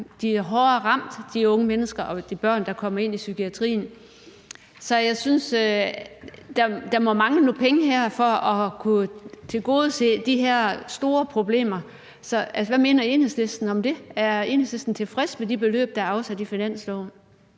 også i, at de unge mennesker og de børn, der er kommet ind i psykiatrien, er hårdere ramt. Så der må mangle nogle penge her for at kunne håndtere de her store problemer. Hvad mener Enhedslisten om det, er Enhedslisten tilfreds med de beløb, der er afsat i finansloven?